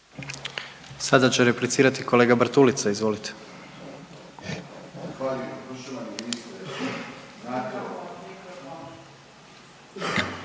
Sada će replicirati kolega Bartulica, izvolite.